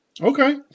Okay